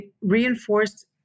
reinforced